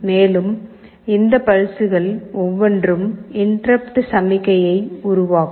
மேலும் இந்த பல்ஸ்கள் ஒவ்வொன்றும் இன்டெர்ருப்ட் சமிக்ஞையை உருவாக்கும்